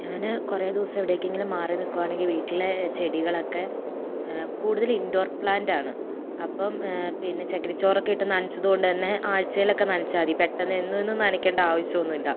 ഞാൻ കുറെ ദിവസം എവിടേക്കെങ്കിലും മാറി നിൽക്കുകയാണെങ്കിൽ വീട്ടിലെ ചെടികളൊക്കെ കൂടുതലും ഇൻഡോർ പ്ലാൻറ് ആണ് അപ്പം പിന്നെ ചകിരിച്ചോറ് ഒക്കെ ഇട്ട് നനച്ചതുകൊണ്ട് തന്നെ ആഴ്ചയിലൊക്കെ നനച്ചാൽ മതി പെട്ടെന്ന് എന്നൊന്നും നനയ്ക്കേണ്ട ആവശ്യമൊന്നുമില്ല